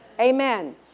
Amen